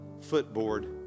footboard